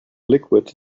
liquid